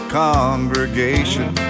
congregation